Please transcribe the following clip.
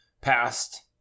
past